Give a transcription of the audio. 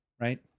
right